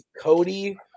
Cody